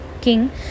king